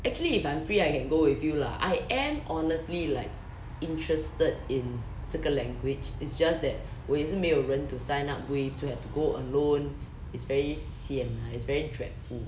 actually if I'm free I can go with you lah I am honestly like interested in 这个 language it's just that 我也是没有人 to sign up with to have to go alone it's very sian lah it's very dreadful